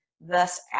thus